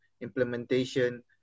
implementation